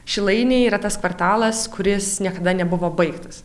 šilainiai yra tas kvartalas kuris niekada nebuvo baigtas